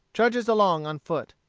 trudges along on foot.